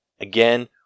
Again